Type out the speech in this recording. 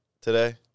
today